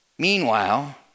Meanwhile